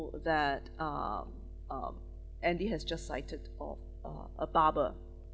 that um um andy has just cited of ah a barber